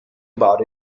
about